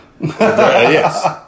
Yes